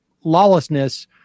lawlessness